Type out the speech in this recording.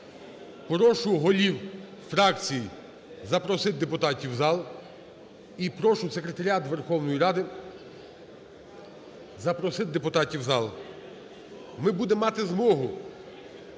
Прошу голів фракцій запросити депутатів в зал, і прошу секретаріат Верховної Ради запросити депутатів в зал. Ми будемо мати змогу